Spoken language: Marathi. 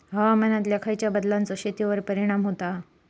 हवामानातल्या खयच्या बदलांचो शेतीवर परिणाम होता?